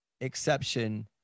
exception